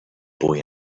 boy